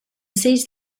seized